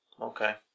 Okay